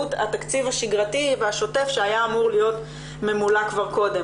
התקציב השגרתי והשוטף שהיה אמור להיות ממולא כבר קודם.